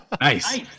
Nice